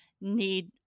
need